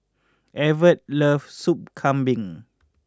Evert loves Sup Kambing